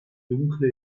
dunkle